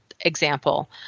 example